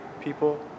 people